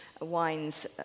wines